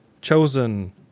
chosen